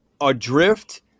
adrift